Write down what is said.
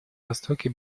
востоке